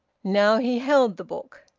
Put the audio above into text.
now he held the book,